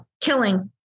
killing